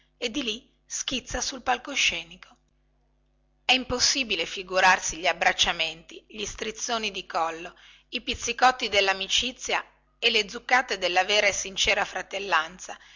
e di lì schizza sul palcoscenico è impossibile figurarsi gli abbracciamenti gli strizzoni di collo i pizzicotti dellamicizia e le zuccate della vera e sincera fratellanza